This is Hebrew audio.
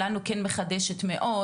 לנו כן היא מחדשת מאוד.